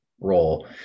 role